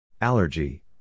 Allergy